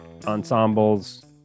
ensembles